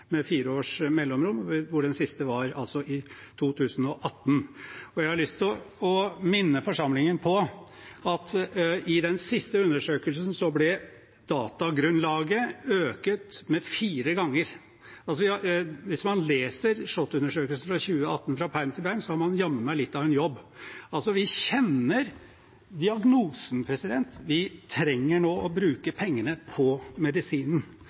med fire års mellomrom, hvor den siste var i 2018. Jeg har lyst til å minne forsamlingen på at i den siste undersøkelsen ble datagrunnlaget økt med firegangen. Så hvis man leser SHoT-undersøkelsen fra 2018 fra perm til perm, har man jammen litt av en jobb. Vi kjenner diagnosen; vi trenger nå å bruke pengene på medisinen.